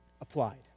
applied